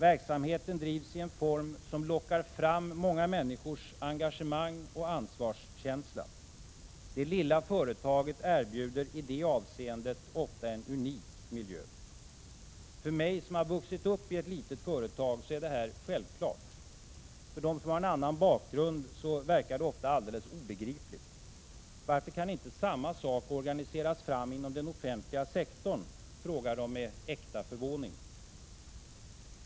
Verksamheten drivs i en form som lockar fram många människors engagemang och ansvarskänsla. Det lilla företaget erbjuder i det avseendet ofta en unik miljö. För mig som vuxit uppi ett litet företag är detta självklart. För dem som har en annan bakgrund verkar det ofta alldeles obegripligt. Varför kan inte samma sak organiseras fram inom den offentliga sektorn? frågar de med äkta förvåning.